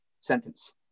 sentence